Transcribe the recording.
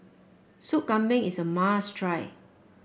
Soup Kambing is a must try